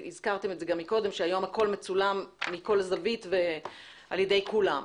הזכרתם קודם שהיום הכול מצולם מכל זווית ועל ידי כולם.